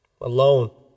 Alone